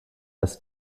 dass